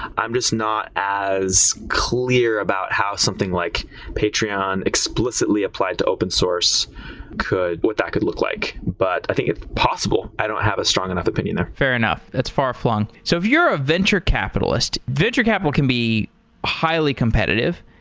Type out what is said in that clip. i'm just not as clear about how something like patreon explicitly apply to open source what that could look like. but i think it's possible. i don't have a strong enough opinion there. fair enough. that's far-flung. so if you're a venture capitalist, venture capital can be highly competitive.